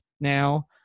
now